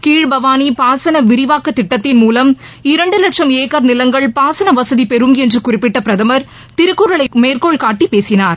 கீழ்பவாளி பாசன விரிவாக்கத் திட்டத்தின் மூவம் இரண்டு வட்சும் ஏக்கர் நிலங்கள் பாசன வசதி பெறும் என்று குறிப்பிட்ட பிரதமர் திருக்குறளை மேற்கோள்காட்டி பேசினார்